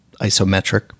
isometric